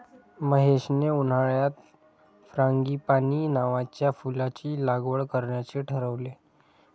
महेशने उन्हाळ्यात फ्रँगीपानी नावाच्या फुलाची लागवड करण्याचे ठरवले